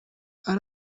ari